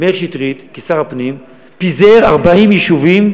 מאיר שטרית, כשר הפנים, פיזר 40 יישובים,